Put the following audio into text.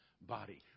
body